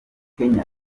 kenya